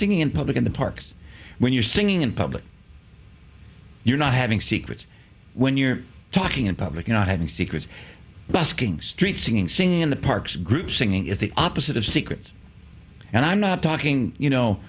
singing in public in the parks when you're singing in public you're not having secrets when you're talking in public you know having secrets busking street singing singing in the parks group singing is the opposite of secrets and i'm not talking you